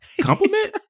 compliment